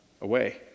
away